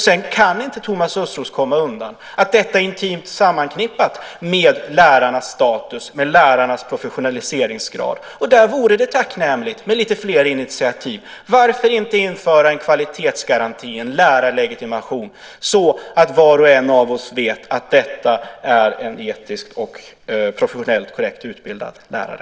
Sedan kan Thomas Östros inte komma undan att detta är intimt förknippat med lärarnas status, med lärarnas professionaliseringsgrad. Det vore tacknämligt med lite fler initiativ. Varför inte införa en kvalitetsgaranti, en lärarlegitimation, så att var och en av oss vet att detta är en etiskt och professionellt korrekt utbildad lärare?